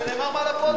זה נאמר מעל הפודיום.